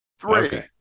Three